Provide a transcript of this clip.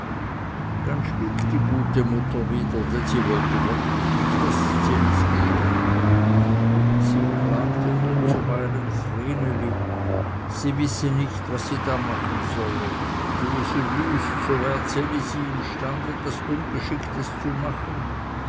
dann schwieg die gute mutter wieder denn sie wollte wirklich nicht daß ds elisi sterbe sie klagte nur zuweilen vreneli sie wisse nicht was sie da machen solle tue sie wüst so wär ds elisi imstand etwas ungeschicktes zu machen